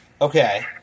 Okay